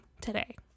today